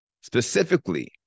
specifically